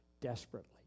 desperately